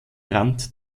rand